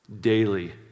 daily